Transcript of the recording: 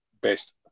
best